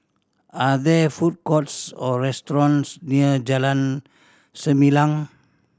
are there food courts or restaurants near Jalan Selimang